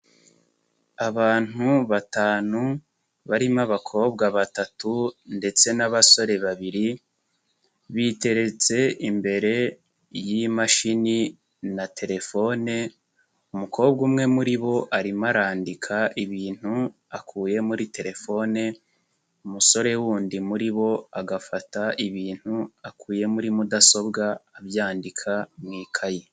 Abantu batanu barimo abakobwa batatu ndetse n'abasore babiri biteretse imbere y'imashini na telefone umukobwa umwe muri bo arimo arandika ibintu akuye muri telefone, umusore wundi muri bo agafata ibintu akuye muri mudasobwa abyandika mu ikaye.